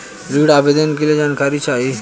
ऋण आवेदन के लिए जानकारी चाही?